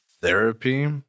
therapy